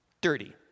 dirty